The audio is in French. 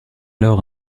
alors